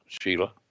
Sheila